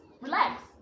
relax